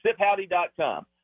siphowdy.com